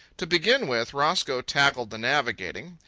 to begin with, roscoe tackled the navigating.